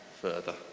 further